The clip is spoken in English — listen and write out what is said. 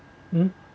mm